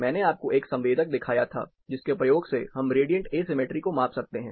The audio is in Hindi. मैंने आपको एक संवेदक दिखाया था जिसके प्रयोग से हम रेडिएंट एसिमेट्री को माप सकते हैं